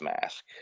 mask